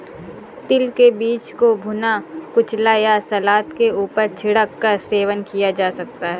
तिल के बीज को भुना, कुचला या सलाद के ऊपर छिड़क कर सेवन किया जा सकता है